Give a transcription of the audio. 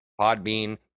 Podbean